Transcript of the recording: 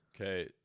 Okay